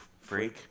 freak